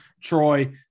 troy